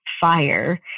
fire